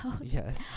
yes